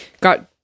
got